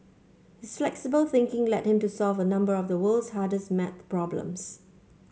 his flexible thinking led him to solve a number of the world's hardest maths problems